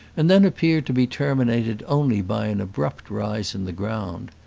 and then appeared to be terminated only by an abrupt rise in the ground.